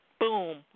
boom